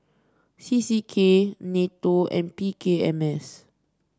C C K NATO and P K M S